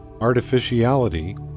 artificiality